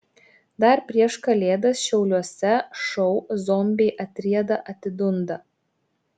dar prieš kalėdas šiauliuose šou zombiai atrieda atidunda